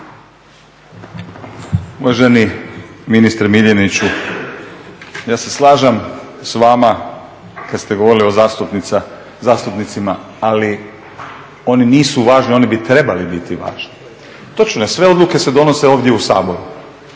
Uvaženi ministre MIljeniću, ja se slažem s vama kada ste govorili o zastupnicima, ali oni nisu važni oni bi trebali biti važni. Točno je, sve odluke se donose ovdje u Saboru,